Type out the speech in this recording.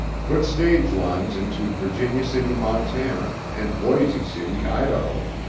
put stage lines into virginia city, montana, and boise city, idaho.